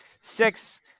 six